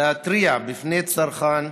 להתריע בפני צרכן